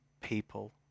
people